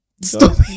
stop